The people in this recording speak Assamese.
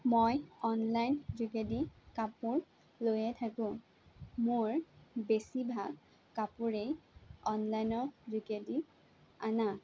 মই অনলাইন যোগেদি কাপোৰ লৈয়ে থাকোঁ মোৰ বেছিভাগ কাপোৰেই অনলাইনৰ যোগেদি অনা